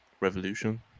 revolution